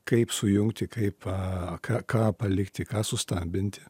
kaip sujungti kaip ką ką palikti ką sustambinti